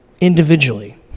Individually